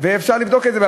ואפשר לבדוק את זה.